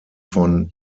von